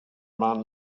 man